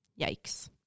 Yikes